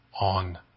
on